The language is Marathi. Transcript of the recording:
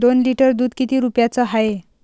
दोन लिटर दुध किती रुप्याचं हाये?